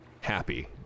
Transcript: happy